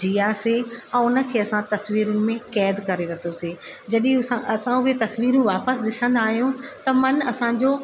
जीआसीं ऐं उनखे असां तस्वीरूनि में कैद करे वरितोसीं जॾहिं उसां असां उहे तस्वीरियूं वापिसि ॾिसंदा आहियूं त मन असांजो